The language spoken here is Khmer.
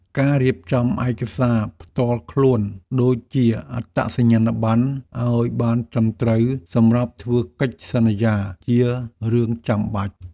ការរៀបចំឯកសារផ្ទាល់ខ្លួនដូចជាអត្តសញ្ញាណប័ណ្ណឱ្យបានត្រឹមត្រូវសម្រាប់ធ្វើកិច្ចសន្យាជារឿងចាំបាច់។